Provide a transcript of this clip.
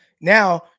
now